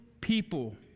people